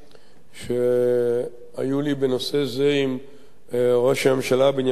שהיו לי בנושא זה עם ראש הממשלה בנימין נתניהו,